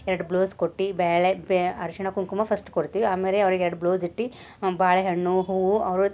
ಎರಡು ಬ್ಲೌಸ್ ಕೊಟ್ಟು ಬ್ಯಾಳೆ ಬೇ ಅರಿಶಿಣ ಕುಂಕುಮ ಫಸ್ಟ್ ಕೊಡ್ತೀವಿ ಆಮೇಲೆ ಅವ್ರಿಗೆ ಎರಡು ಬ್ಲೌಸ್ ಇಟ್ಟು ಬಾಳೆಹಣ್ಣು ಹೂವು ಅವರು